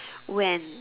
when